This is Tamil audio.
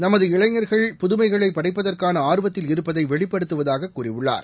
நமது இளைஞா்கள் புதுமைகளை படைப்பதற்கான ஆர்வத்தில் இருப்பதை வெளிப்படுத்துவதாக கூறியுள்ளார்